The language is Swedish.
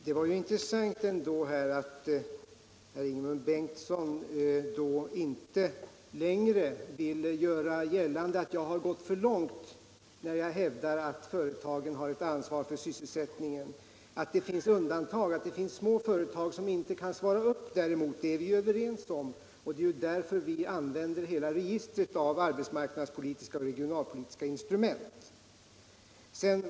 Herr talman! Det var intressant att Ingemund Bengtsson inte längre vill göra gällande att jag har gått för långt när jag hävdar att företagen har ett ansvar för sysselsättningen. Men det finns undantag. Vi är överens om att det finns små företag som inte kan motsvara de kraven. Det är därför vi använder hela registret av arbetsmarknadspolitiska och regionalpolitiska instrument.